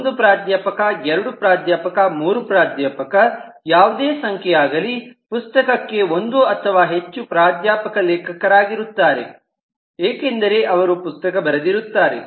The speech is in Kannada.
ಒಂದು ಪ್ರಾಧ್ಯಾಪಕ ಎರಡು ಪ್ರಾಧ್ಯಾಪಕ ಮೂರು ಪ್ರಾಧ್ಯಾಪಕ ಯಾವುದೇ ಸಂಖ್ಯೆಯಾಗಲಿ ಪುಸ್ತಕಕ್ಕೆ ಒಂದು ಅಥವಾ ಹೆಚ್ಚು ಪ್ರಾಧ್ಯಾಪಕ ಲೇಖಕರಾಗಿರುತ್ತಾರೆ ಏಕೆಂದರೆ ಅವರು ಪುಸ್ತಕ ಬರೆದಿರುತ್ತಾರೆ